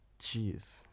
Jeez